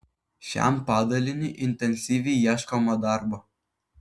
šiam padaliniui intensyviai ieškoma darbo